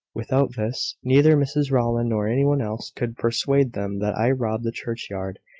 without this, neither mrs rowland, nor any one else, could persuade them that i rob the churchyard,